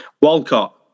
Walcott